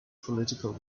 political